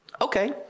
Okay